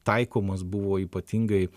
taikomas buvo ypatingai